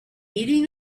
eating